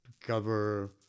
cover